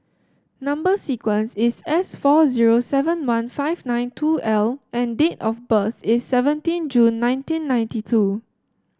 number sequence is S four zero seven one five nine two L and date of birth is seventeen June nineteen ninety two